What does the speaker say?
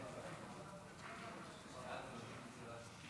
מה שלומך?